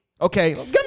Okay